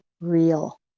real